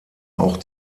auch